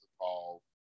involved